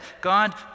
God